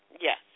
Yes